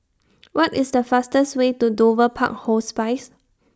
What IS The fastest Way to Dover Park Hospice